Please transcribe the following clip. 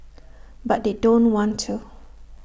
but they don't want to